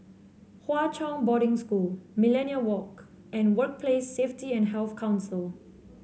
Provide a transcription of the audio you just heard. Hwa Chong Boarding School Millenia Walk and Workplace Safety and Health Council